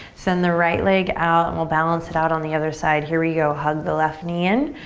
send the right leg out. and we'll balance it out on the other side. here we go, hug the left knee in.